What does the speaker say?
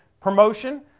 promotion